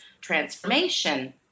transformation